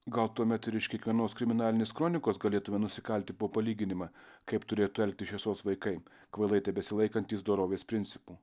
gal tuomet ir iš kiekvienos kriminalinės kronikos galėtume nusikalti po palyginimą kaip turėtų elgtis šviesos vaikai kvailai tebesilaikantys dorovės principų